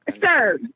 sir